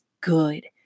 good